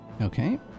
Okay